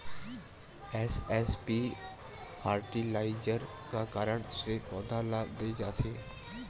SSP fertilizer का कारण से पौधा ल दे जाथे?